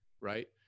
right